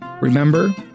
remember